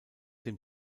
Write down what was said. dem